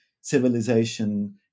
civilization